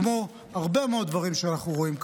כמו הרבה מאוד דברים שאנחנו רואים כאן,